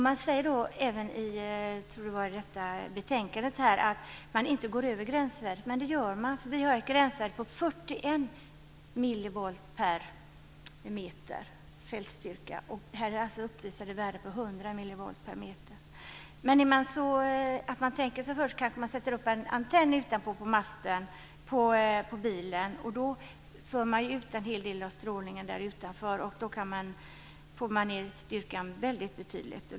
Man säger även i betänkandet att man inte går över gränsvärdet, men det gör man, för vi har ett gränsvärde på 41 millivolt per meter i fältstyrka. Här uppvisades värden på 100 millivolt per meter. Om man tänker sig för kanske man sätter upp en antenn utanpå bilen, och då för man ut en hel del av strålningen och får ner styrkan väldigt betydligt.